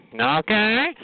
Okay